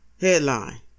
Headline